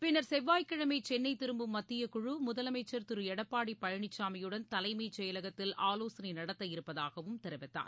பின்னர் செவ்வாய்கிழமை சென்னை திரும்பும் மத்திய குழு முதலமைச்சர் திரு எடப்பாடி பழனிசாமியுடன் தலைமை செயலகத்தில் ஆலோசனை நடத்த இருப்பதாகவும் தெரிவித்தார்